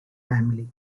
family